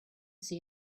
see